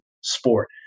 sport